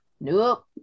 nope